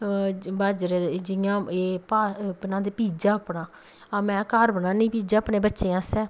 जि'यां एह् बनांदे पीज्जा अपना में घर बनानी पीज्जा बच्चें आस्तै अपने